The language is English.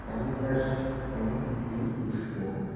M S M E scheme